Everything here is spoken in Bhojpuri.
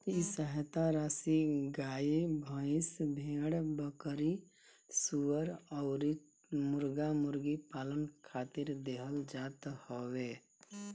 इ सहायता राशी गाई, भईस, भेड़, बकरी, सूअर अउरी मुर्गा मुर्गी पालन खातिर देहल जात हवे